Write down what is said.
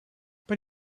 but